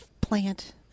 plant